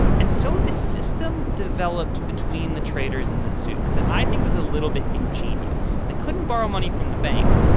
and so this system developed between the traders and the souk that i think was a little bit ingenious. they couldn't borrow money from the bank,